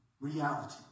reality